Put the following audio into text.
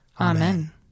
Amen